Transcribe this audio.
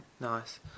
Nice